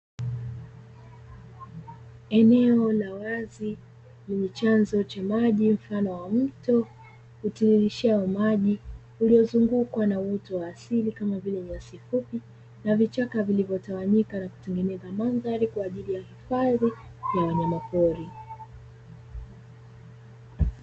Eneo la wazi lenye chanzo cha maji mfano wa mto utiririshao maji, uliozungukwa na uoto wa asili kama vile nyasi fupi na vichaka vilivyotawanyika, na kutengeneza mandhari kwaajili ya hifadhi ya wanyama pori.